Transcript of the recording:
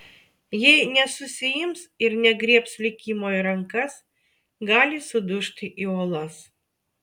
jei nesusiims ir negriebs likimo į rankas gali sudužti į uolas